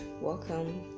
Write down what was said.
Welcome